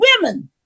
women